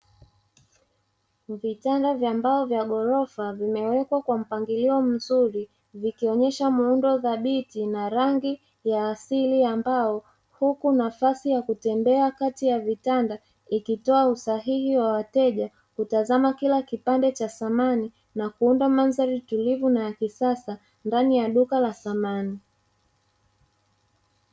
Vitanda vya mbao vya ghorofa vimewekwa kwa mpangilio mzuri vikionesha muundo thabiti na rangi ya asili ya mbao, huku nafasi ya kutembea kati ya vitanda ikitoa usahihi wa wateja kutazama kila kipande cha samani na kuunda mandhari tulivu na ya kisasa ndani ya duka la samani.